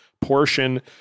portion